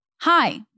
hi